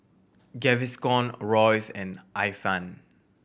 Gaviscon Royce and Ifan